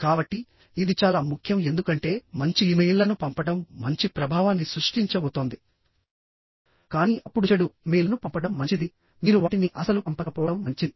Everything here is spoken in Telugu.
కాబట్టిఇది చాలా ముఖ్యం ఎందుకంటే మంచి ఇమెయిల్లను పంపడం మంచి ప్రభావాన్ని సృష్టించబోతోంది కానీ అప్పుడు చెడు ఇమెయిల్లను పంపడం మంచిది మీరు వాటిని అస్సలు పంపకపోవడం మంచిది